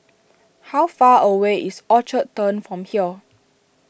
how far away is Orchard Turn from here